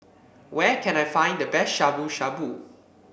where can I find the best Shabu Shabu